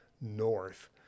north